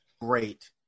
Great